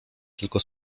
tylko